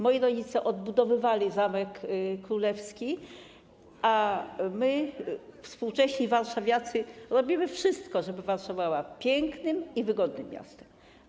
Moi rodzice odbudowywali Zamek Królewski, a my, współcześni warszawiacy, robimy wszystko, żeby Warszawa była pięknym i wygodnym miastem.